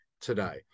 today